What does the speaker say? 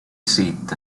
seat